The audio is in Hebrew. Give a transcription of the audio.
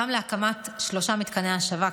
גם להקמת שלושה מתקני השבה,